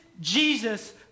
Jesus